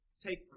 take